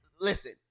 listen